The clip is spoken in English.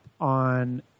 on